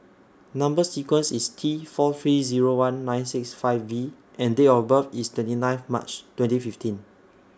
Number sequence IS T four three Zero one nine six five V and Date of birth IS twenty nine March twenty fifteen